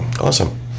Awesome